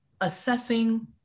assessing